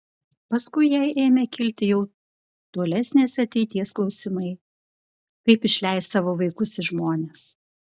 paskui jai ėmė kilti jau tolesnės ateities klausimai kaip išleis savo vaikus į žmones